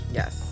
yes